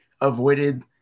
avoided